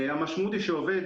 המשמעות היא שעובד,